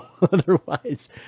otherwise